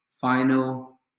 final